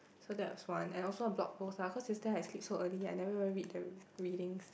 so that's one and also a blog post lah cause yesterday I sleep so early I never even read the readings